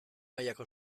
mailako